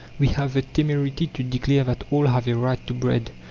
we have the temerity to declare that all have a right to bread,